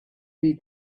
read